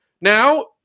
Now